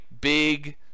big